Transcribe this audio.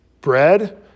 bread